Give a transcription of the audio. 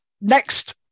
next